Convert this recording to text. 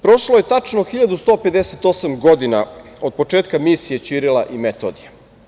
Prošlo je tačno 1158 godina od početka misije Ćirila i Metodija.